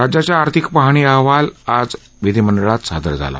राज्याचा आर्थिक पाहणी अहवाल आज विधीमंडळात सादर झाला